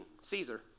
Caesar